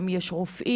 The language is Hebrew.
האם יש רופאים,